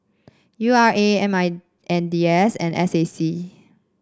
U R A M I N D S and S A C